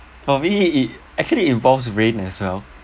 for me it actually involves rain as well